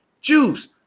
Juice